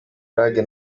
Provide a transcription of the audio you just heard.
lague